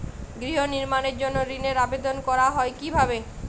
গৃহ নির্মাণের জন্য ঋণের আবেদন করা হয় কিভাবে?